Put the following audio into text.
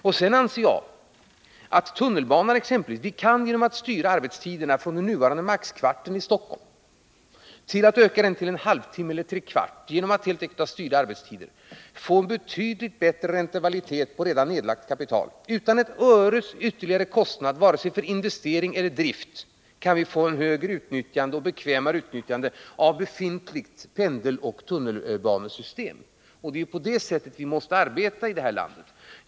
Beträffande tunnelbanan anser jag att man genom att styra arbetstiderna och öka den nuvarande maximikvarten i Stockholm till en halvtimme eller tre kvart får en betydligt bättre räntabilitet på redan nedlagt kapital utan ett öres ytterligare kostnad, vare sig för investering eller drift. På så sätt kan vi få ett högre och bekvämare utnyttjande av det befintliga pendeloch tunnelbanesystemet. Det är på det sättet vi måste arbeta i det här landet.